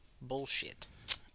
bullshit